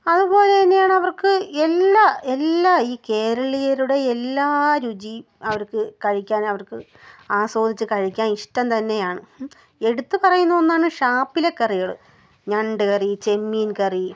അതുപോലെ തന്നെയാണ് അവർക്ക് എല്ലാ എല്ലാ ഈ കേരളീയരുടെ എല്ലാ രുചി അവർക്ക് കഴിക്കാൻ അവർക്ക് ആസ്വദിച്ച് കഴിക്കാൻ ഇഷ്ടം തന്നെയാണ് എടുത്ത് പറയുന്ന ഒന്നാണ് ഷാപ്പിലെ കറികൾ ഞണ്ട് കറി ചെമ്മീൻ കറി